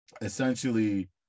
essentially